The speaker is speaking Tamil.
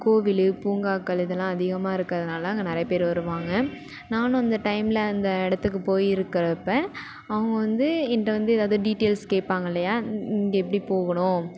கோவில் பூங்காக்கள் இதெல்லாம் அதிகமாக இருக்கிறதுனால அங்கே நிறையா பேர் வருவாங்க நானும் அந்த டைம்ல அந்த இடத்துக்கு போய் இருக்கிறப்ப அவங்க வந்து என்ட வந்து ஏதாவது டீடியல்ஸ் கேட்பாங்கல்லையா இங்கே எப்படி போகணும்